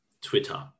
Twitter